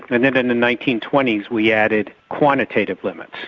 and then in the nineteen twenty s we added quantitative limits.